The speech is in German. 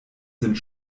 sind